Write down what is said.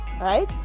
right